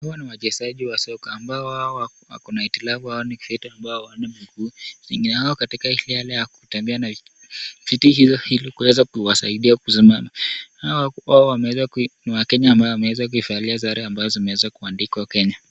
Hawa ni wachezaji wa soka ambao hawa wakona hitilafu hawa ni viwete ambao hawana mguu . Wengine wao katika hali ya kutembea na vitu hivo ili kuweza kuwasaidia kusimama . Hawa wao wameweza ni wakenya ambao wameweza kuivalia sare ambazo zimeweza kuandikwa Kenya .